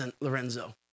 Lorenzo